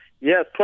yes